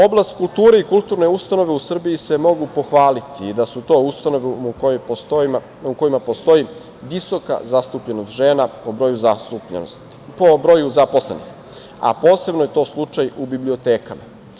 Oblast kulture i kulturne ustanove u Srbiji se mogu pohvaliti da su to ustanove u kojima postoji visoka zastupljenost žena po broju zaposlenih, a posebno je to slučaj u bibliotekama.